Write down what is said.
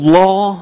law